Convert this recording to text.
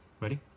Ready